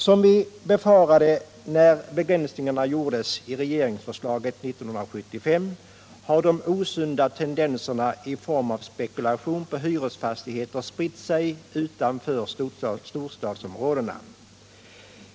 Som vi befarade när begränsningarna gjordes i regeringsförslaget 1975 har de osunda tendenserna i form av spekulation på hyresfastigheter spritt sig utanför storstadsområdena.